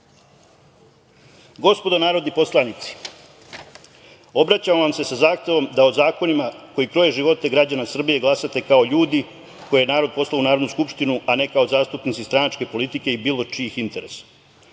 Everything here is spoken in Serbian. narodni poslanici, obraćamo vam se sa zahtevom da o zakonima koji kroje živote građana Srbije glasate kao ljudi koje je narod poslao u Narodnu skupštinu, a ne kao zastupnici stranačke politike i bilo čijih